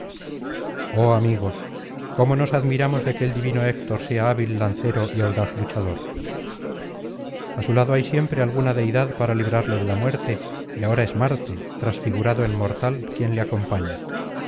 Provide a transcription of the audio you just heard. oh amigos cómo nos admiramos de que el divino héctor sea hábil lancero y audaz luchador a su lado hay siempre alguna deidad para librarle de la muerte y ahora es marte transfigurado en mortal quien le acompaña